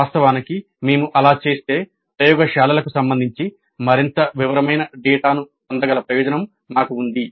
వాస్తవానికి మేము అలా చేస్తే ప్రయోగశాలలకు సంబంధించి మరింత వివరమైన డేటాను పొందగల ప్రయోజనం మాకు ఉంది